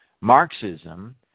Marxism